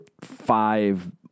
five